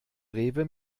rewe